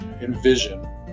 envision